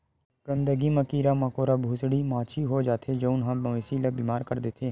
गंदगी म कीरा मकोरा, भूसड़ी, माछी हो जाथे जउन ह मवेशी ल बेमार कर देथे